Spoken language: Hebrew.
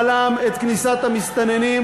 זה בלם את כניסת המסתננים,